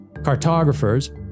Cartographers